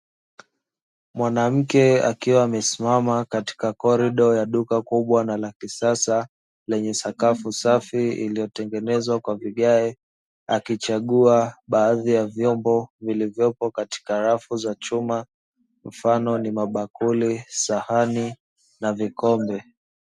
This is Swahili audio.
Mwanamke akiwa amesimama katika korido ya duka kubwa na la kisasa yenye sakafu safi, iliyotengenezwa kwa vigae akichagua baadhi ya vyombo vilivyopo katika rafu za chuma, mfano ni mabakuli, sahani na vikombe.